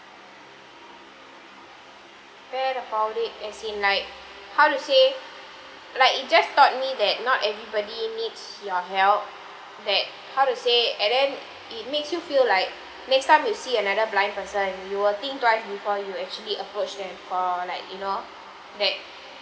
fair I found it as in like how to say like it just taught me that not everybody needs your help that how to say and then it makes you feel like next time you see another blind person you will think twice before you actually approached them for like you know that